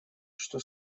что